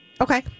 Okay